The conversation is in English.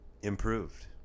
improved